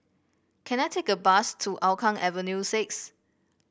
can I take a bus to Hougang Avenue six